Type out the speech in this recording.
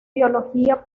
biología